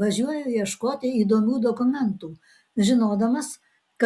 važiuoju ieškoti įdomių dokumentų žinodamas